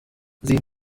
sehen